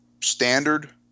standard